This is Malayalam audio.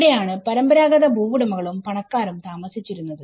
ഇവിടെയാണ് പരമ്പരാഗത ഭൂവുടമകളും പണക്കാരും താമസിച്ചിരുന്നത്